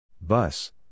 Bus